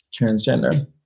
transgender